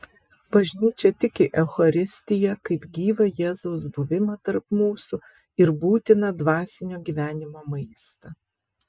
bažnyčia tiki eucharistiją kaip gyvą jėzaus buvimą tarp mūsų ir būtiną dvasinio gyvenimo maistą